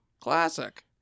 classic